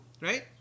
right